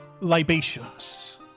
libations